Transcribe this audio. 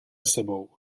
sebou